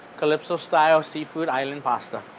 kalypso-style seafood island pasta.